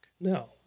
No